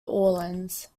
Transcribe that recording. orleans